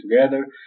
together